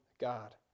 God